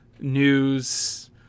news